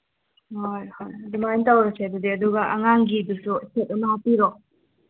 ꯍꯣꯏ ꯍꯣꯏ ꯑꯗꯨꯃꯥꯏꯅ ꯇꯧꯔꯁꯦ ꯑꯗꯨꯗꯤ ꯑꯗꯨꯒ ꯑꯉꯥꯡꯒꯤꯗꯨꯁꯨ ꯁꯦꯠ ꯑꯃ ꯍꯥꯞꯄꯤꯔꯣ